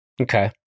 okay